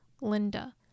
Linda